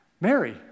Mary